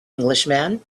englishman